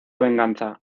venganza